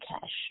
cash